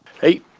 Hey